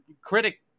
critic